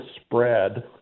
spread